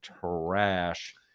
Trash